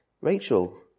Rachel